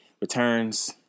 Returns